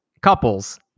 couples